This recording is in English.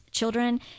children